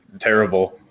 terrible